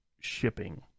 shipping